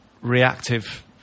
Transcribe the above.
reactive